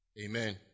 Amen